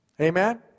Amen